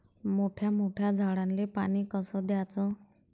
मोठ्या मोठ्या झाडांले पानी कस द्याचं?